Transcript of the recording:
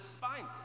fine